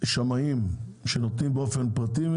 שמאים שנותנים שמאויות באופן פרטי?